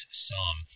psalm